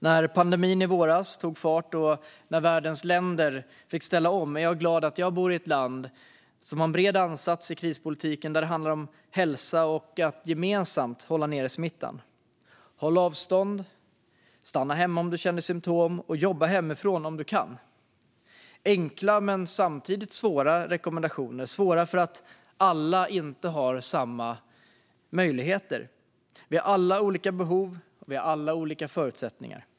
När pandemin tog fart i våras och när världens länder fick ställa om var jag glad att jag bor i ett land som har en bred ansats i krispolitiken när det handlar om hälsa och att gemensamt hålla nere smittan. Håll avstånd, stanna hemma om du känner symtom och jobba hemifrån om du kan är enkla men samtidigt svåra rekommendationer, svåra därför att alla inte har samma möjligheter. Vi har alla olika behov och olika förutsättningar.